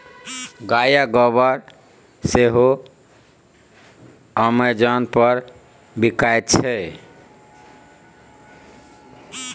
गायक गोबर सेहो अमेजन पर बिकायत छै